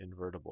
invertible